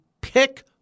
pick